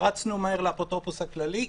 רצנו מהר לאפוטרופוס הכללי,